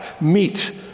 meet